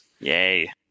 Yay